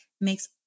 makes